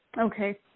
Okay